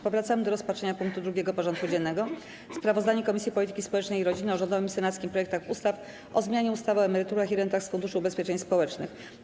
Powracamy do rozpatrzenia punktu 2. porządku dziennego: Sprawozdanie Komisji Polityki Społecznej i Rodziny o rządowym i senackim projektach ustaw o zmianie ustawy o emeryturach i rentach z Funduszu Ubezpieczeń Społecznych.